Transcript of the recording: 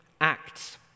Acts